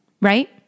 Right